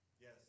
Yes